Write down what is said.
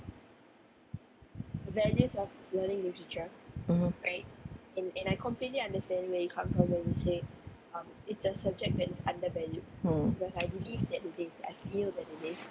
mmhmm mm